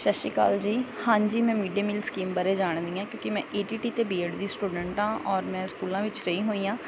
ਸਤਿ ਸ਼੍ਰੀ ਅਕਾਲ ਜੀ ਹਾਂਜੀ ਮੈਂ ਮਿਡਡੇ ਮੀਲ ਸਕੀਮ ਬਾਰੇ ਜਾਣਦੀ ਹਾਂ ਕਿਉਂਕਿ ਮੈਂ ਈ ਟੀ ਟੀ ਅਤੇ ਬੀ ਐਡ ਦੀ ਸਟੂਡੈਂਟ ਹਾਂ ਔਰ ਮੈਂ ਸਕੂਲਾਂ ਵਿੱਚ ਰਹੀ ਹੋਈ ਹਾਂ